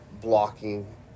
blocking